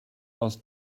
aus